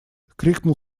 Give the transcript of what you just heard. крикнул